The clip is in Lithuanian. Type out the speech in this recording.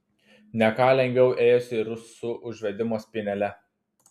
ne ką lengviau ėjosi ir su užvedimo spynele